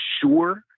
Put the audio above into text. sure